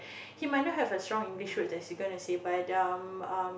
he might not have a strong english word that's he gonna say but um um